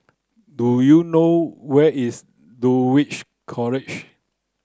do you know where is Dulwich College